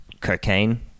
cocaine